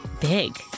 big